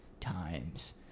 times